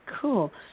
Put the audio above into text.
cool